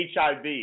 HIV